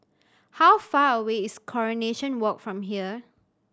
how far away is Coronation Walk from here